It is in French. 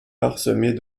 parsemée